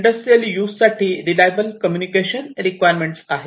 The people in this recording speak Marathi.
इंडस्ट्रियल यूज साठी रिलायबल कम्युनिकेशन रिक्वायरमेंट आहे